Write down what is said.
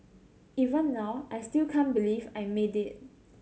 even now I still can't believe I made it